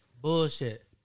Bullshit